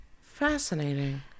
Fascinating